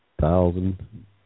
thousand